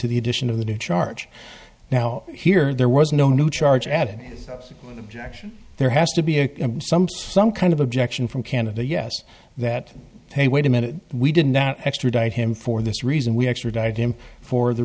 to the addition of the new charge now here there was no new charge added objection there has to be a some some kind of objection from canada yes that hey wait a minute we didn't extradite him for this reason we extradite him for the